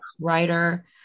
writer